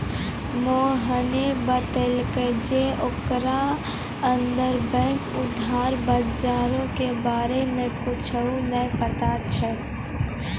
मोहने बतैलकै जे ओकरा अंतरबैंक उधार बजारो के बारे मे कुछु नै पता छै